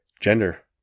gender